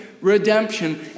redemption